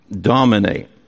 dominate